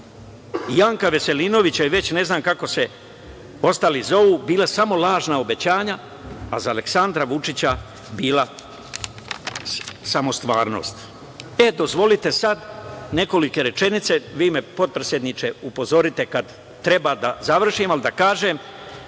Janka Veselinovića, i već ne znam kako se ostali zovu, bila samo lažna obećanja, a za Aleksandra Vučića bila samo stvarnost.E dozvolite sada nekoliko rečenica, vi me potpredsedniče upozorite kad treba da završim, ali da kažem